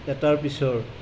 এটাৰ পিছৰ